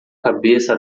cabeça